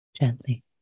gently